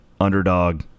underdog